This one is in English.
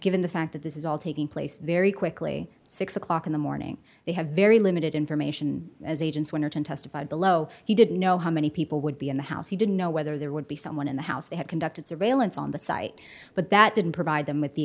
given the fact that this is all taking place very quickly six o'clock in the morning they have very limited information as agents winterton testified below he didn't know how many people would be in the house he didn't know whether there would be someone in the house they had conducted surveillance on the site but that didn't provide them with the